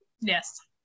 yes